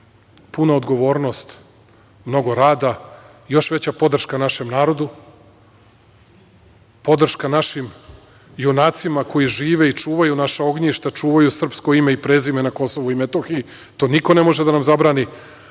puna odgovornost, mnogo rada, još veća podrška našem narodu, podrška našim junacima koji žive i čuvaju naša ognjišta, čuvaju srpsko ime na Kosovu i Metohiji. To niko ne može da nam zabrani,